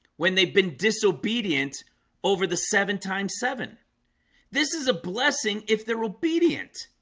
when they've been disobedient over the seven times seven this is a blessing if they're obedient